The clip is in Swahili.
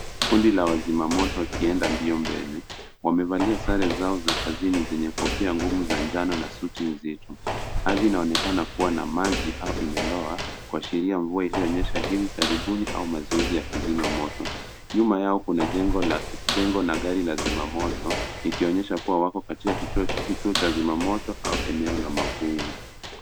Kundi la wazima moto wakienda mbio mbele, wamevalia sare zao za kazini zenye kofia ngumu za njano na suti nzito. Ardhi inaonekana kuwa na maji au imelowa kuashiria mvua iliyonyeesha hivi karibuni au mazoezi ya kuzima moto. Nyuma yao kuna jengo na gari la zima moto, ikionyesha kuwa wako katika kituo cha zimamoto au eneo la mafunzo.